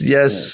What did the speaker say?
Yes